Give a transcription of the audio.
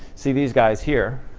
see these guys here.